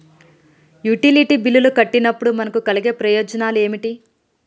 Utility బిల్లులు కట్టినప్పుడు మనకు కలిగే ప్రయోజనాలు ఏమిటి?